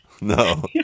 No